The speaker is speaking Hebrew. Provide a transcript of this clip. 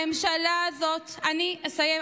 הממשלה הזאת, אני אסיים,